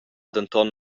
denton